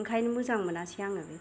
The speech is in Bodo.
ओंखायनो मोजां मोनासै आं बेखौ